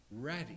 ready